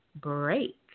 break